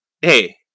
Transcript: hey